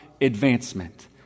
advancement